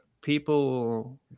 people